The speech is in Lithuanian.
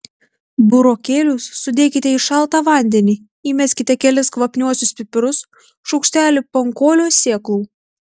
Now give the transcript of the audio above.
burokėlius sudėkite į šaltą vandenį įmeskite kelis kvapniuosius pipirus šaukštelį pankolio sėklų